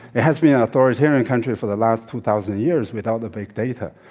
it has been an authoritarian country for the last two thousand years without the big data.